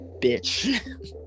bitch